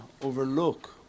overlook